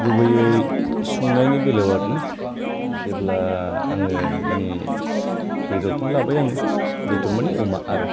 गुबैयै संनायनि बेलायाव आरोना जेब्ला आङो मानि बेदरखौनो लाबाय आङो बेदर मानि अमा आरो